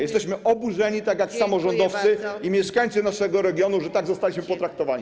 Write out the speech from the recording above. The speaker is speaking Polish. Jesteśmy oburzeni tak jak samorządowcy i mieszkańcy naszego regionu, że tak zostaliśmy potraktowani.